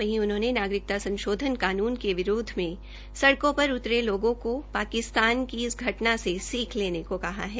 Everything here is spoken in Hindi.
वहीं उन्होंने नागरिकता संशोधन कानून के विरोध में सड़कों पर उतरे लोगों को पाकिस्तान की इस घटना से सीख लेने को कहा है